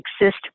exist